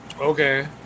Okay